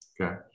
Okay